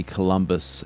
Columbus